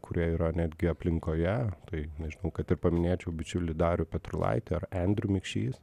kurie yra netgi aplinkoje tai nežinau kad ir paminėčiau bičiulį darių petrulaitį ar andrew mikšys